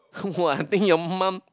!wah! I think your mum